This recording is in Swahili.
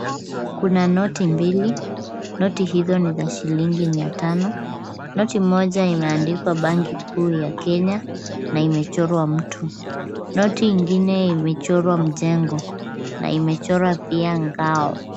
Kuna noti mbili. Noti hizo ni za shilingi mia tano. Noti moja imeandikwa banki kuu ya Kenya na imechorwa mtu. Noti ingine imechorwa mjengo na imechorwa pia ngao.